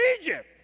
Egypt